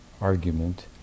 argument